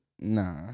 Nah